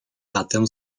latem